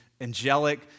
angelic